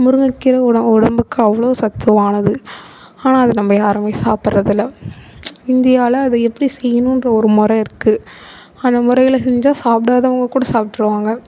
முருங்கை கீரை உணவு உடம்புக்கு அவ்வளோ சத்தானது ஆனால் அதை நம்ம யாருமே சாப்பிடுறது இல்லை இந்தியாவில் அதை எப்படி செய்யணுகிற ஒரு முறை இருக்குது அந்த முறையில் செஞ்சால் சாப்பிடாதவங்க கூட சாப்பிட்ருவாங்க